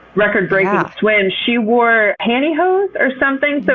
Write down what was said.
record-breaking swim she wore pantyhose or something? but